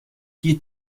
dear